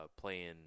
playing